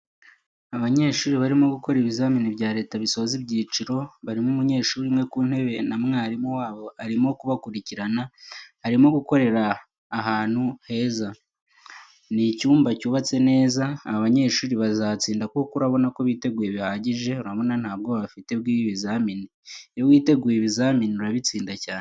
Abanyeshuri barimo gukora ibizamini bya Leta bisoza icyiciro, barimo umunyeshuri umwe ku ntebe na mwarimu wabo arimo kubakurikirana, barimo gukorera ahantu heza. Ni icyumba cyubatse neza, aba banyeshuri bazatsinda kuko urabona ko biteguye bihagije, urabona nta bwoba bafite bw'ibizamini. Iyo witeguye ibi bizamini urabitsinda cyane.